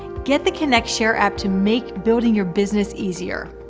get the kynect share app to make building your business easier.